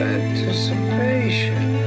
Anticipation